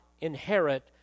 inherit